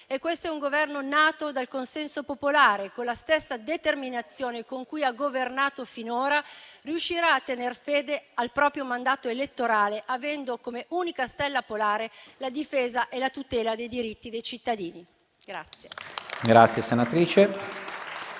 Questo è un Governo nato dal consenso popolare e, con la stessa determinazione con cui ha governato finora, riuscirà a tener fede al proprio mandato elettorale, avendo come unica stella polare la difesa e la tutela dei diritti dei cittadini.